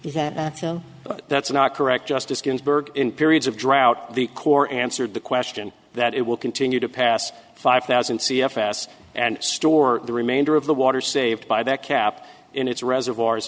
but that's not correct justice ginsburg in periods of drought the corps answered the question that it will continue to pass five thousand c f s and store the remainder of the water saved by that cap in its reservoirs